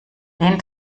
den